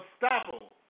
unstoppable